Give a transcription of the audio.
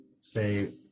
say